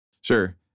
Sure